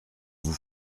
vous